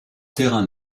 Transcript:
terrain